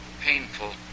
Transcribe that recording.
painful